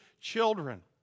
children